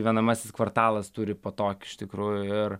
gyvenamasis kvartalas turi po tokį iš tikrųjų ir